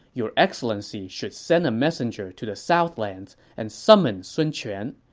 your excellency should send a messenger to the southlands and summon sun quan.